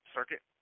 Circuit